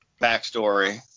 backstory